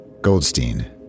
Goldstein